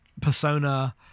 persona